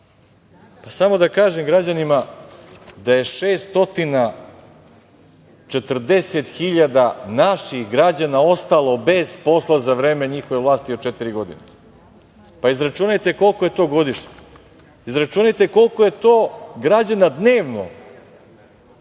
građana. Samo da kažem građanima da je 640.000 naših građana ostalo bez posla za vreme njihove vlasti od četiri godine. Izračunajte koliko je to godišnje. Izračunajte koliko je to građana dnevno